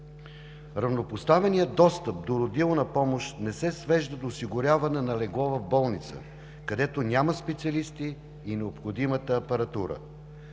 Равнопоставеният достъп до родилна помощ не се свежда до осигуряване на легло в болница, където няма специалисти и необходимата апаратура.